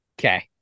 Okay